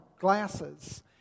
glasses